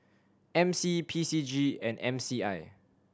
M C P C G and M C I